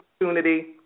opportunity